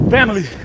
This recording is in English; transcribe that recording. Family